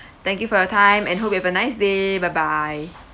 thank you for your time and hope you have a nice day bye bye